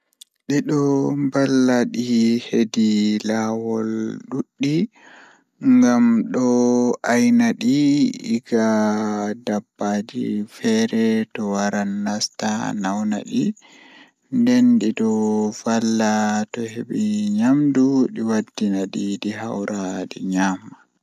A'ah ɗokam Wala nafu masin Ɓe waɗi e nder aduna ɗon yidi jangirde e jokkuɗe ngesaɗe. Kono waɗugol limiti e coowa, ko waawete teeŋtude aduno ndun kaŋko. Maɗɗo ɗuuɗi ina waɗi geɗe e ɓernde kala waɗugol rewle, jaltinde diɗol ngesaɗe waɗi ko daaƴe ngam fayuɓe hay so.